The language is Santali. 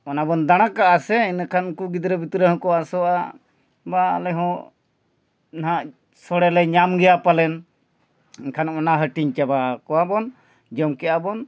ᱚᱱᱟ ᱵᱚᱱ ᱫᱟᱬᱟ ᱠᱟᱜᱼᱟ ᱥᱮ ᱤᱱᱟᱹ ᱠᱷᱟᱱ ᱩᱱᱠᱩ ᱜᱤᱫᱽᱨᱟᱹ ᱯᱤᱫᱽᱨᱟᱹ ᱦᱚᱸᱠᱚ ᱟᱥᱚᱜᱼᱟ ᱵᱟ ᱟᱞᱮ ᱦᱚᱸ ᱱᱟᱦᱟᱜ ᱥᱚᱲᱮᱞᱮ ᱧᱟᱢ ᱜᱮᱭᱟ ᱯᱟᱞᱮᱱ ᱮᱱᱠᱷᱟᱱ ᱚᱱᱟ ᱦᱟᱹᱴᱤᱧ ᱪᱟᱵᱟ ᱟᱠᱚᱣᱟᱵᱚᱱ ᱡᱚᱢ ᱠᱮᱜᱼᱟ ᱵᱚᱱ